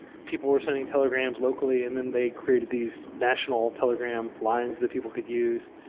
people were sending telegrams locally and then they created these national telegram lines that people could use.